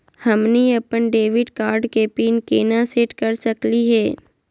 हमनी अपन debit card के पीन केना सेट कर सकली हे?